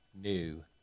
new